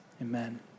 Amen